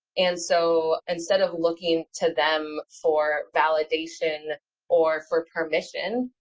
and so instead of looking to them for validation or for permission,